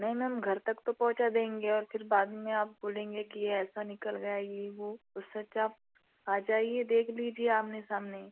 नहीं मैम घर तक तो पहुँचा देंगे और फिर बाद में आप बोलेंगे कि ऐसा निकल गया ये वो उससे अच्छा आप आ जाइए देख लीजिए आमने सामने